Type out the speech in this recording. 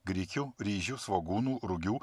grikių ryžių svogūnų rugių